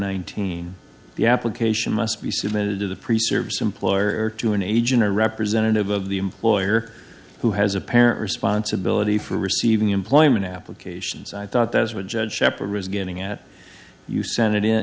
nineteen the application must be submitted to the pre service employer or to an agent or representative of the employer who has a parent responsibility for receiving employment applications i thought those were judged shepherd was getting at you send it in